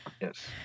Yes